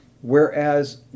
Whereas